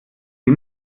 sie